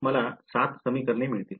मला 7 समीकरणे मिळेल